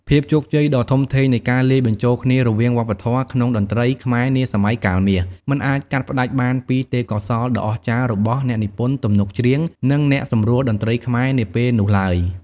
ភាពជោគជ័យដ៏ធំធេងនៃការលាយបញ្ចូលគ្នារវាងវប្បធម៌ក្នុងតន្ត្រីខ្មែរនាសម័យកាលមាស មិនអាចកាត់ផ្តាច់បានពី ទេពកោសល្យដ៏អស្ចារ្យ របស់ អ្នកនិពន្ធទំនុកច្រៀង និង អ្នកសម្រួលតន្ត្រីខ្មែរ នាពេលនោះឡើយ។